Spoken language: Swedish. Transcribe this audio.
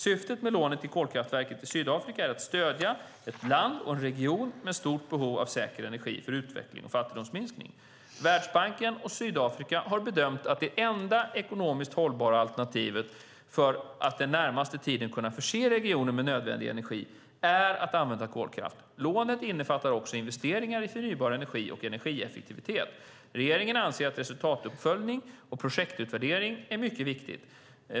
Syftet med lånet till kolkraftverket i Sydafrika är att stödja ett land och en region med stort behov av säker energi för utveckling och fattigdomsminskning. Världsbanken och Sydafrika har bedömt att det enda ekonomiskt hållbara alternativet för att den närmaste tiden kunna förse regionen med nödvändig energi är att använda kolkraft. Lånet innefattar också investeringar i förnybar energi och energieffektivitet. Regeringen anser att resultatuppföljning och projektutvärdering är mycket viktigt.